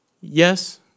yes